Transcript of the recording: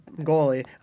goalie